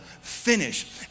finish